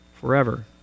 forever